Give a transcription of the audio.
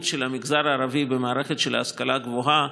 של המגזר הערבי במערכת ההשכלה הגבוהה,